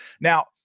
now